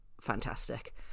fantastic